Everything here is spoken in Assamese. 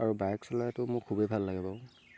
আৰু বাইক চলাইটো মোৰ খুবেই ভাল লাগে বাৰু